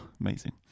Amazing